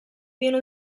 viene